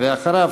ואחריו,